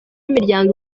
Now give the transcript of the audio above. imiryango